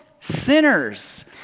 sinners